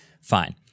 Fine